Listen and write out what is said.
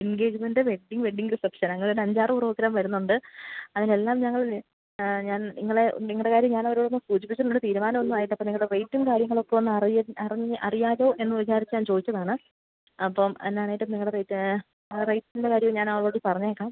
engagement wedding wedding reception അങ്ങനെ ഒരഞ്ചാറു programme വരുന്നുണ്ട് അതിനെല്ലാം ഞങ്ങളില്ലേ ഞാൻ നിങ്ങളെ നിങ്ങളുടെ കാര്യം ഞാനവരോടു സൂചിപ്പിച്ചിട്ടുണ്ട് തീരുമാനമൊന്നും ആയില്ല അപ്പോള് നിങ്ങളുടെ റേറ്റും കാര്യങ്ങളൊക്ക ഒന്നറിയാൻ അറിഞ്ഞ് അറിയാലോ എന്നു വിചാരിക്കാൻ ചോദിച്ചതാണ് അപ്പോള് എന്നാണേലും നിങ്ങളെ റേറ്റ് റേറ്റിൻ്റെ കാര്യവും ഞാൻ അവളോടു പറഞ്ഞേക്കാം